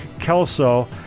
Kelso